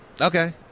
Okay